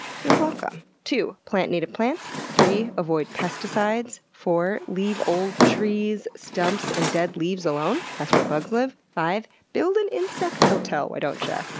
you're welcome! two. plant native plants. three. three. avoid pesticides. four. leave old trees, stumps, and dead leaves alone. that's where bugs live. five. build an insect hotel, why don'tcha?